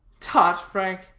tut! frank.